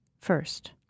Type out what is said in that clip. first